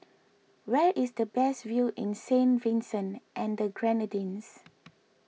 where is the best view in Saint Vincent and the Grenadines